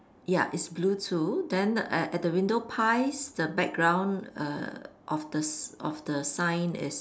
ya it's blue too then err at the window pies the background err of the s~ of the sign is